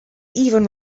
even